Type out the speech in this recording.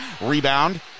Rebound